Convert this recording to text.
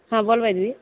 हाँ बोलबय दीदी